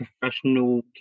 professional